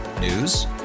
News